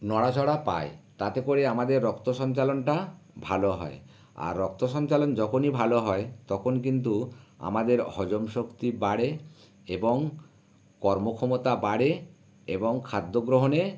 নড়া চড়া পায় তাতে কোরে আমাদের রক্ত সঞ্চালনটা ভালো হয় আর রক্ত সঞ্চালন যখনই ভালো হয় তখন কিন্তু আমাদের হজম শক্তি বাড়ে এবং কর্মক্ষমতা বাড়ে এবং খাদ্য গ্রহণের